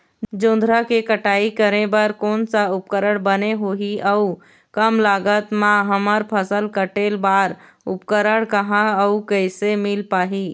जोंधरा के कटाई करें बर कोन सा उपकरण बने होही अऊ कम लागत मा हमर फसल कटेल बार उपकरण कहा अउ कैसे मील पाही?